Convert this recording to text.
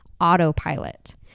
autopilot